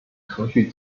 程序